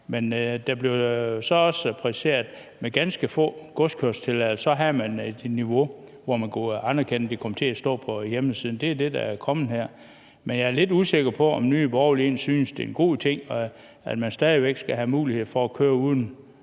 men det blev så også præciseret, at med ganske få godskørselstilladelser havde man et niveau, hvor man kunne anerkende, at det kom til at stå på hjemmesiden. Det er det, der er kommet her. Men jeg er lidt usikker på, om Nye Borgerlige egentlig synes, det er en god ting, at man stadig væk skal have mulighed for at køre uden